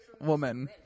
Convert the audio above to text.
woman